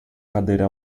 cadeira